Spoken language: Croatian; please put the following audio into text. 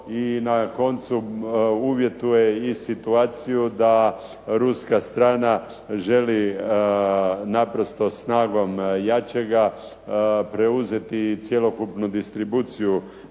i na koncu uvjetuje i situaciju da ruska strana želi naprosto snagom jačega preuzeti cjelokupnu distribuciju